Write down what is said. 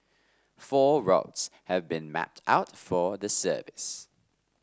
four routes have been mapped out for the service